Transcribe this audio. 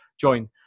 join